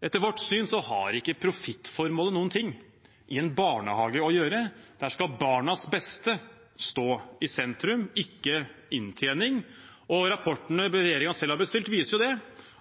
Etter vårt syn har ikke profittformålet noe i en barnehage å gjøre. Der skal barnas beste stå i sentrum, ikke inntjening. Rapportene regjeringen selv har bestilt, viser jo